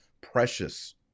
precious